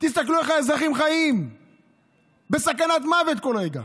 תסתכלו איך האזרחים חיים בסכנת מוות כל רגע.